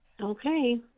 Okay